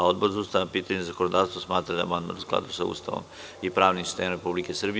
Odbor za ustavna pitanja i zakonodavstvo smatra da je amandman u skladu sa Ustavom i pravnim sistemom Republike Srbije.